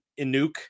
Inuk